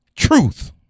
Truth